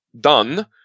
done